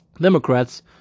Democrats